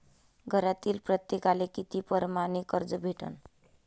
घरातील प्रत्येकाले किती परमाने कर्ज भेटन?